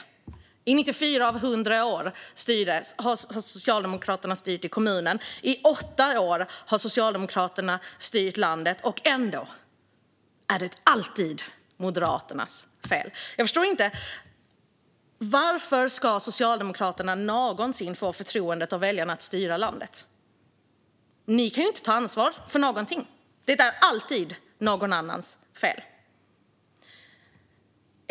Trots 94 års styre i Malmö och 8 år i regering är det alltid Moderaternas fel. Varför ska Socialdemokraterna någonsin få väljarnas förtroende att styra landet? Ni kan ju inte ta ansvar för någonting. Det är alltid någon annans fel. Fru talman!